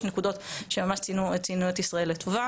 יש נקודות שממש ציינו את ישראל לטובה.